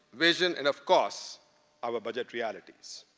vision and of course our budget realities.